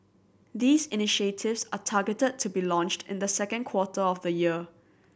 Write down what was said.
these initiatives are targeted to be launched in the second quarter of the year